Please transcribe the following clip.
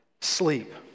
sleep